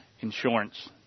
insurance